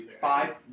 five